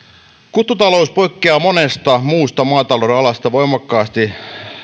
kuttutalous poikkeaa monesta muusta maatalouden alasta voimakkaasti